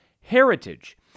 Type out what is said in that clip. heritage